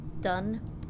done